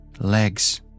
legs